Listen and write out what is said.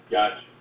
Gotcha